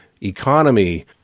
economy